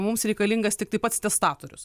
mums reikalingas tiktai pats testatorius